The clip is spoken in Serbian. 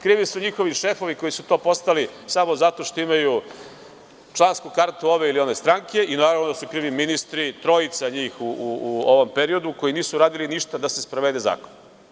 Krivi su njihovi šefovi koji su to postali samo zato što imaju člansku kartu ove ili one strane i naravno da su krivi ministri, trojica njih u ovom periodu, koji nisu uradili ništa da se sprovede zakon.